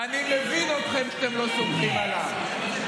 ואני מבין אתכם שאתם לא סומכים עליו,